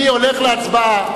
אני הולך להצבעה.